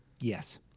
Yes